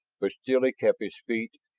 but still he kept his feet,